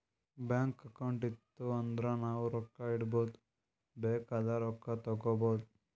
bank account ಇತ್ತು ಅಂದುರ್ ನಾವು ರೊಕ್ಕಾ ಇಡ್ಬೋದ್ ಬೇಕ್ ಆದಾಗ್ ರೊಕ್ಕಾ ತೇಕ್ಕೋಬೋದು